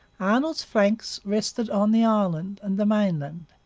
arnold's flanks rested on the island and the mainland.